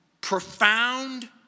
profound